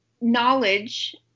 knowledge